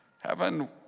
Heaven